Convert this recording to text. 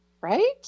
Right